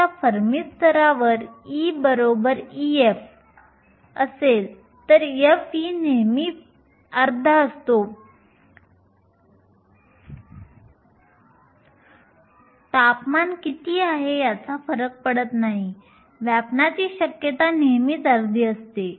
आता फर्मी स्तरावर E Ef असेल f नेहमी अर्धा असतो तापमान किती आहे याचा फरक पडत नाही व्यापणाची शक्यता नेहमीच अर्धी असते